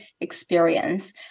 experience